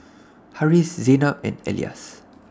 Harris Zaynab and Elyas